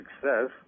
success